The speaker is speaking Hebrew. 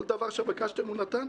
כל דבר שביקשתם הוא נתן?